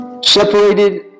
separated